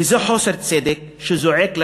וזה חוסר צדק שזועק לשמים.